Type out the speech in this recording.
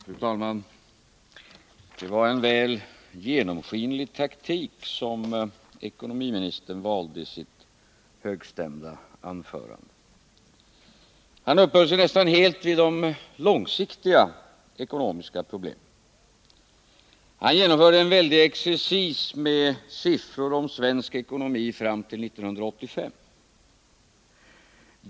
Fru talman! Det var en väl genomskinlig taktik som ekonomiministern valde i sitt högstämda anförande. Han uppehöll sig nästan helt vid Je långsiktiga ekonomiska problemen. Han genomförde en exercis med siffror om svensk ekonomi fram till år 1985.